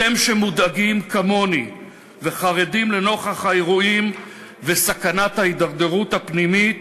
אתם שמודאגים כמוני וחרדים לנוכח האירועים וסכנת ההידרדרות הפנימית